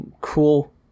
cool